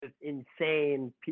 insane